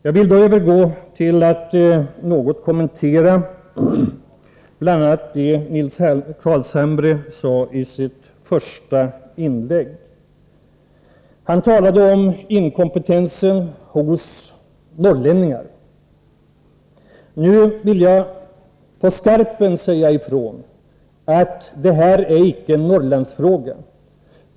Jag övergår så till att något kommentera bl.a. det Nils Carlshamre sade i sitt första inlägg. Han talade om inkompetensen hos norrlänningar. Nu vill jag på skarpen säga ifrån, att det här icke är en Norrlandsfråga.